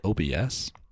OBS